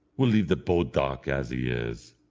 we'll leave the bodach as he is.